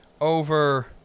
over